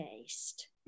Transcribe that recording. taste